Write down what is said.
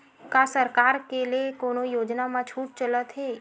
का सरकार के ले कोनो योजना म छुट चलत हे?